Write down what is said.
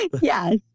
Yes